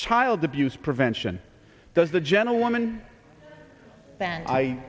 child abuse prevention does the gentlewoman than i